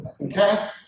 Okay